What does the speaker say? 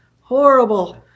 horrible